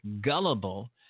gullible